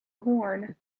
horn